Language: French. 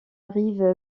rive